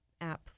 app